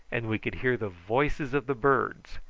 and we could hear the voices of the birds.